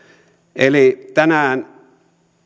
eli tänään